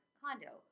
condo